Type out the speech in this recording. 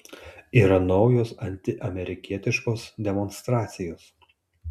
yra naujos antiamerikietiškos demonstracijos